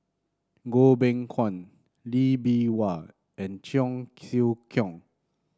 Goh Beng Kwan Lee Bee Wah and Cheong Siew Keong